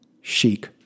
Chic